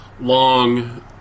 long